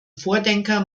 vordenker